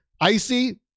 Icy